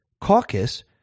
caucus